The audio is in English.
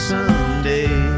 Someday